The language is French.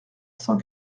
cent